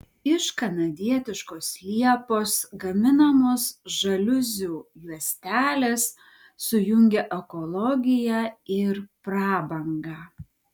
iš kanadietiškos liepos gaminamos žaliuzių juostelės sujungia ekologiją ir prabangą